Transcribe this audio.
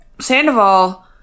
Sandoval